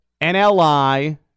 NLI